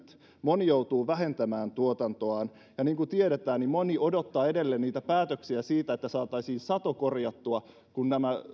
moni joutuu vähentämään tuotantoaan ja niin kuin tiedetään moni odottaa edelleen niitä päätöksiä siitä että saataisiin sato korjattua kun nämä